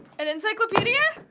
an encyclopedia?